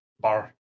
Bar